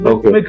Okay